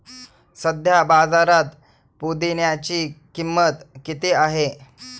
सध्या बाजारात पुदिन्याची किंमत किती आहे?